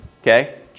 Okay